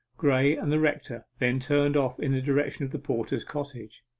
graye and the rector then turned off in the direction of the porter's cottage.